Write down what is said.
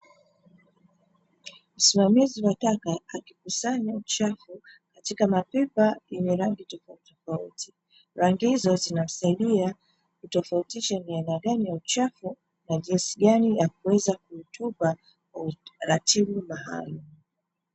Msimamizi wa taka akikusanya uchafu katika mapipa yenye rangi ya tofautitofauti, rangi hizo zinatusaidia kutofautisha ni aina gani ya uchafu na jinsi gani ya kuweza kuutupa kwa utaratibu maalumu.